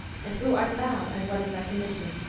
and who art thou and what is thy condition?